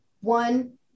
one